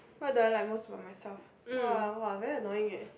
what do I like most about myself !wah! !wah! very annoying leh